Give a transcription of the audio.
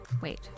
Wait